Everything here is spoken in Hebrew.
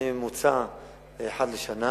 אני בממוצע אחת לשנה,